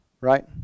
Right